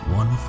one